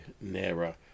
nearer